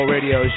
Radio